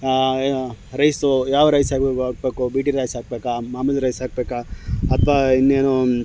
rice ಯಾವ rice ಹಾಕಬೇಕು B T rice ಹಾಕಬೇಕಾ ಮಾಮೂಲಿ ರೈಸ್ ಹಾಕಬೇಕಾ ಅಥ್ವಾ ಇನ್ನೇನೂ